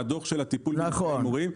מהדוח של הטיפול בנפגעי הימורים.